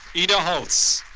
ida holz.